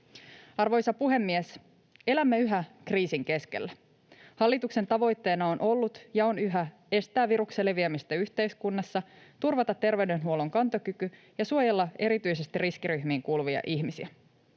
Arvoisa puhemies! Elämme yhä kriisin keskellä. Hallituksen tavoitteena on ollut ja on yhä estää viruksen leviämistä yhteiskunnassa, turvata terveydenhuollon kantokyky ja suojella erityisesti riskiryhmiin kuuluvia ihmisiä.